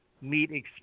meet